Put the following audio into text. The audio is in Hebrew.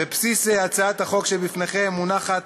בבסיס הצעת החוק שבפניכם מונחת